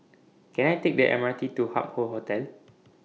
Can I Take The M R T to Hup Hoe Hotel